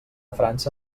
frança